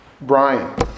Brian